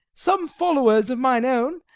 some followers of mine own,